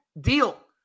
deal